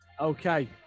Okay